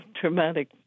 traumatic